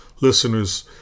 Listeners